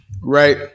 right